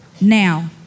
Now